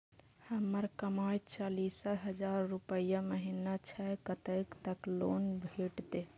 हमर कमाय चालीस हजार रूपया महिना छै कतैक तक लोन भेटते?